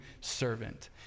servant